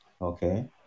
okay